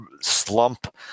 slump